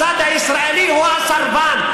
הצד הישראלי הוא הסרבן,